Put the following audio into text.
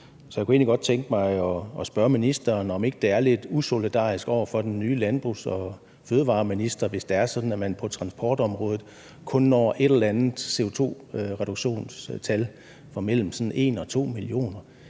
Jeg kunne egentlig godt tænke mig at spørge ministeren, om ikke det er lidt usolidarisk over for den nye minister for fødevarer, landbrug og fiskeri, hvis det er sådan, at man på transportområdet kun når et eller andet CO2-reduktionstal mellem sådan 1 og 2 millioner.